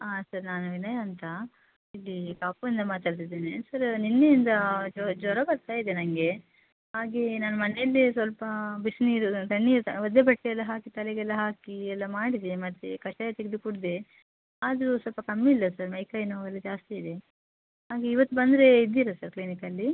ಹಾಂ ಸರ್ ನಾನು ವಿನಯ ಅಂತ ಇಲ್ಲಿ ಕಾಪು ಇಂದ ಮಾತಾಡ್ತಿದ್ದೀನಿ ಸರ್ ನಿನ್ನೆಯಿಂದ ಜ್ವರ ಬರ್ತಾ ಇದೆ ನಂಗೆ ಹಾಗೇ ನಾನು ಮನೆಯಲ್ಲೇ ಸ್ವಲ್ಪ ಬಿಸಿನೀರು ತಣ್ಣೀರು ಒದ್ದೆ ಬಟ್ಟೆಯೆಲ್ಲ ಹಾಕಿ ತಲೆಗೆಲ್ಲ ಹಾಕಿ ಎಲ್ಲ ಮಾಡಿದೆ ಮತ್ತೆ ಕಷಾಯ ತೆಗೆದು ಕುಡಿದೆ ಆದರೂ ಸ್ವಲ್ಪ ಕಮ್ಮಿ ಇಲ್ಲ ಸರ್ ಮೈ ಕೈ ನೋವು ಎಲ್ಲ ಜಾಸ್ತಿ ಇದೆ ಹಾಗೇ ಇವತ್ತು ಬಂದರೆ ಇದ್ದೀರಾ ಸರ್ ಕ್ಲಿನಿಕ್ ಅಲ್ಲಿ